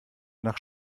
nach